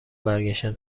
برگشتم